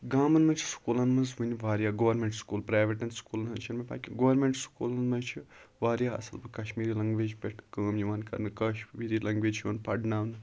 گامَن مَنٛز چھِ سکوٗلَن مَنٛز وٕنہِ واریاہ گورمیٚنٹ سکوٗل پرایویٹَن سکوٗلَن ہٕنٛز چھَ نہٕ مےٚ پاے کینٛہہ گورمیٚنٹ سکوٗلَن مَنٛز چھ واریاہ اصل پٲٹھۍ کَشمیٖری لَنگویج پیٹھ کٲم یِوان کَرنہٕ کَشمیٖری لَنگویج یِوان پَرناونہٕ